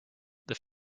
this